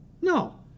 No